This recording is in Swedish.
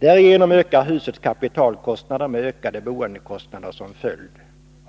Därigenom ökar husens kapitalkostnader, med ökade boendekostnader som följd.